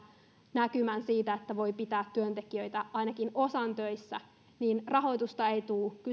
näkymän siitä että voisi pitää ainakin osan työntekijöistä töissä mutta rahoitusta ei tule